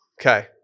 Okay